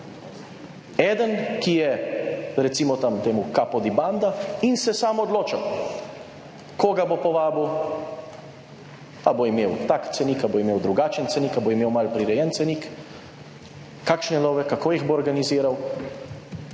eden, ki je recimo tam temu »capo di banda«, in se sam odločal, koga bo povabil, a bo imel tak cenik, a bo imel drugačen cenik, a bo imel malo prirejen cenik, kakšne love, kako jih bo organiziral,